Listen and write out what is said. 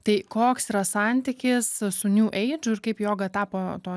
tai koks yra santykis su new eidžu ir kaip joga tapo to